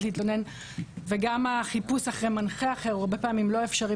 להתלונן וגם החיפוש אחר מנחה אחר הוא לא אפשרי הרבה פעמים,